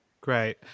Great